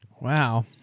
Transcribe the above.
Wow